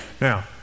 now